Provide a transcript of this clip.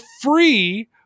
free